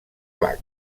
bach